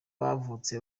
yavutse